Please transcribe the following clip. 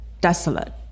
desolate